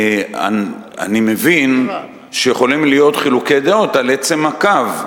אני מבין שיכולים להיות חילוקי דעות על עצם הקו,